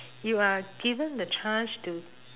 you are given the chance to